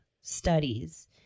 studies